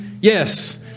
Yes